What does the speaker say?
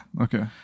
Okay